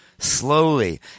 slowly